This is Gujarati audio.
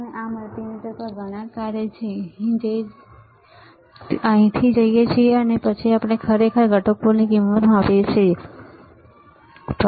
હવે આ મલ્ટિમીટર પર ઘણા કાર્ય છેજે આપણે અહીંથી જઈએ છીએ અને પછી આપણે ખરેખર ઘટકોની કિંમત માપીએ છીએ બરાબર